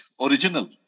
original